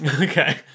Okay